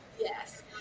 Yes